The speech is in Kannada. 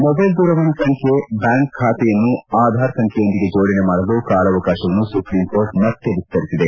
ಮೊಬೈಲ್ ದೂರವಾಣಿ ಸಂಖ್ಯೆ ಬ್ಯಾಂಕ್ ಖಾತೆ ಸಂಖ್ಯೆಯನ್ನು ಆಧಾರ್ ಸಂಖ್ಯೆ ಜೋಡಣೆ ಮಾಡಲು ಕಾಲಾವಕಾಶವನ್ನು ಸುಪ್ರೀಂ ಕೋರ್ಟ್ ಮತ್ತೆ ವಿಸ್ತರಿಸಿದೆ